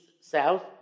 south